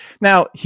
now